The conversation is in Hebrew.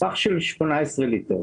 פח של 18 ליטר.